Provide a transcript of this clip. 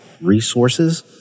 resources